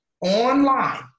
online